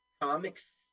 comics